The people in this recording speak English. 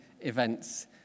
events